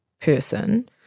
person